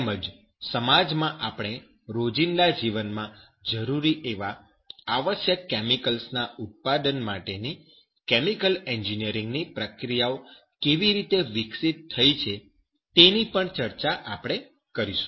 તેમજ સમાજ માં આપણા રોજિંદા જીવન માં જરૂરી એવાં આવશ્યક કેમિકલ્સ ના ઉત્પાદન માટેની કેમિકલ એન્જિનિયરિંગની પ્રક્રિયાઓ કેવી રીતે વિકસિત થઈ છે તેની પણ ચર્ચા આપણે કરીશું